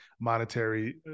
monetary